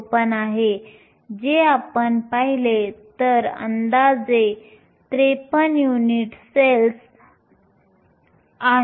54 आहे जे आपण पाहिले तर अंदाजे 43 युनिट सेल्स आहेत